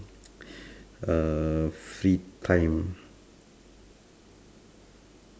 err free time